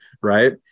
Right